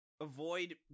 avoid